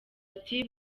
ati